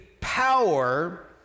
power